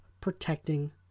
protecting